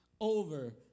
over